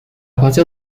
partir